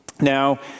Now